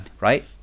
right